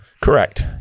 Correct